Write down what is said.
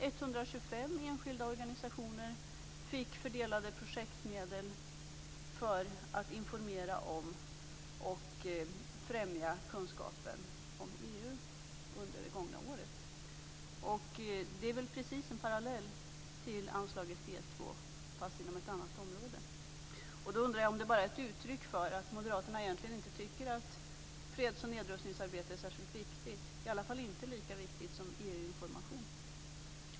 125 enskilda organisationer fick fördelade projektmedel för att informera om och främja kunskapen om EU under det gångna året. Det är väl precis en parallell till anslaget D2, men inom ett annat område. Jag undrar därför om det bara är ett uttryck för att moderaterna egentligen inte tycker att freds och nedrustningsarbete är särskilt viktigt, i alla fall inte lika viktigt som EU-information.